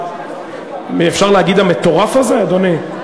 אפשר להגיד המטורף הזה, אדוני?